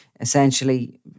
essentially